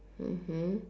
mmhmm